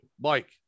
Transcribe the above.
Mike